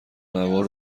نوار